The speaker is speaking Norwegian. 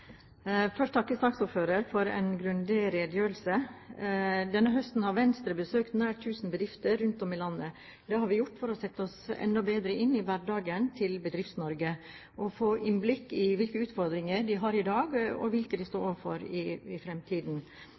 først takke saksordføreren for en grundig redegjørelse. Denne høsten har Venstre besøkt nær tusen bedrifter rundt om i landet. Det har vi gjort for å sette oss enda bedre inn i hverdagen til Bedrifts-Norge og få innblikk i hvilke utfordringer de har i dag, og hvilke de står overfor i fremtiden.